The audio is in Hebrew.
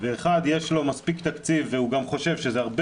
לאחד יש מספיק תקציב והוא גם חושב שזה הרבה